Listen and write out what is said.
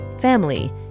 family